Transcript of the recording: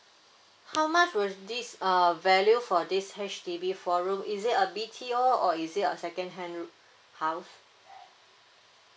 how much was this uh value for this H_D_B four room is it a B_T_O or is it a second hand r~ house